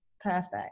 perfect